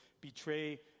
betray